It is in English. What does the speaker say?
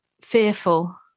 Fearful